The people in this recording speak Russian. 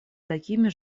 такими